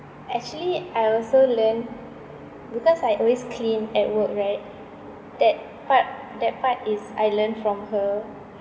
actually I also learn because I always clean at work right that part that part is I learn from her